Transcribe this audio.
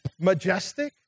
majestic